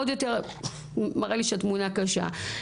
עוד יותר מראה לי שהתמונה קשה.